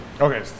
Okay